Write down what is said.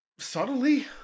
Subtly